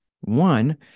One